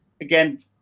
Again